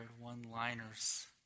one-liners